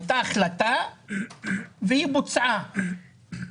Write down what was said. הייתה החלטה והיא בוצעה.